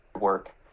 work